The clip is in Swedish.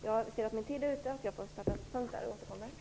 Jag ser att min taletid är slut, så jag får sätta punkt där och återkomma senare.